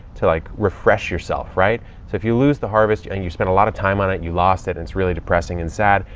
to like refresh yourself, right? so if you lose the harvest and you spent a lot of time on it, you lost it and it's really depressing and sad,